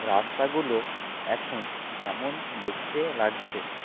রাস্তাগুলো এখন কেমন দেখতে লাগছে